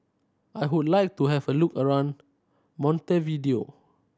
I would like to have a look around Montevideo